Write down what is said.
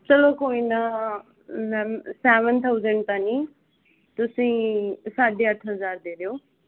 ਚਲੋ ਕੋਈ ਨਾ ਸੇਵੇਨ ਥਾਉਜ਼ਨ੍ਡ ਤਾਂ ਨੀ ਤੁਸੀਂ ਸਾਢੇ ਅੱਠ ਹਜ਼ਾਰ ਦੇ ਦਿਓ